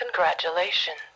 Congratulations